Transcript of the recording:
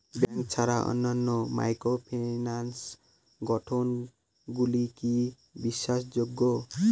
Bank ছাড়া অন্যান্য microfinance সংগঠন গুলি কি বিশ্বাসযোগ্য?